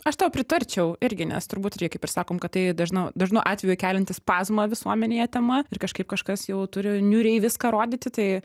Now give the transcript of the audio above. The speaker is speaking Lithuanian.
aš tau pritarčiau irgi nes turbūt ir jie kaip ir sakom kad tai dažnu dažnu atveju kelianti spazmą visuomenėje tema ir kažkaip kažkas jau turi niūriai viską rodyti tai